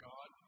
God